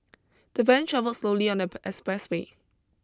the van travelled slowly on the expressway